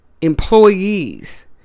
employees